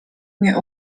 nie